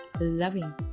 loving